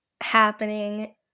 happening